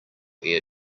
ear